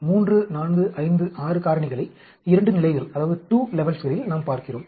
3 4 5 6 காரணிகளை இரண்டு நிலைகளில் நாம் பார்க்கிறோம்